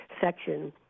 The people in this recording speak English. section